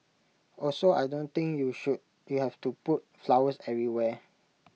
also I don't think you should you have to put flowers everywhere